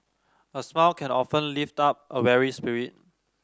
a smile can often lift up a weary spirit